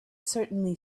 certainly